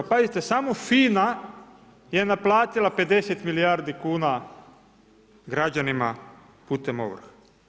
Pazite samo FINA je naplatila 50 milijardi kuna građanima putem ovrha.